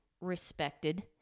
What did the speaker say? respected